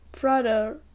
brother